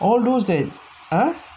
all lose then ah